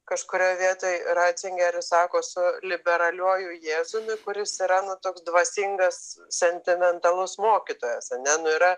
kažkurioj vietoj racingeris sako su liberaliuoju jėzumi kuris yra toks dvasingas sentimentalus mokytojas ar ne nu yra